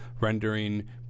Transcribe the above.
rendering